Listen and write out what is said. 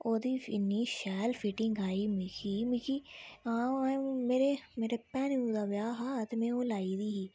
ओह्दी इन्नी style fitting आई मिगी मिगी मेरे भैनू दा ब्याह् हा ते में ओह् लाई दी ही साड़ी